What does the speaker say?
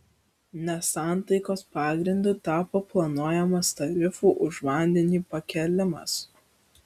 nesantaikos pagrindu tapo planuojamas tarifų už vandenį pakėlimas